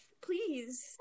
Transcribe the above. Please